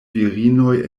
virinoj